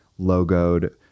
logoed